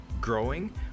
growing